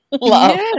love